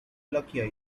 luckier